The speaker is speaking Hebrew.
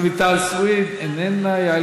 רויטל סויד, אינה נוכחת.